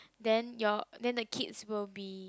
then your then the kids will be